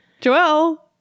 Joel